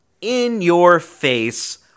in-your-face